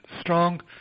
strong